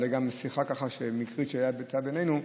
אולי גם משיחה מקרית שהייתה בינינו,